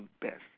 best